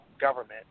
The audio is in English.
government